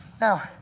Now